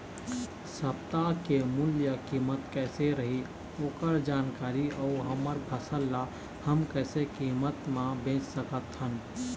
सप्ता के मूल्य कीमत कैसे रही ओकर जानकारी अऊ हमर फसल ला हम कैसे कीमत मा बेच सकत हन?